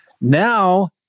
Now